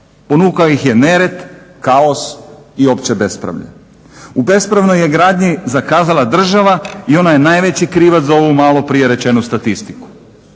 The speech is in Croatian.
Ponukao ih je nered, kaos i opće bespravlje. U bespravnoj je gradnji zakazala država i ona je najveći krivac za ovu malo prije rečenu statistiku.